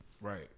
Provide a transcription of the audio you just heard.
Right